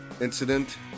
incident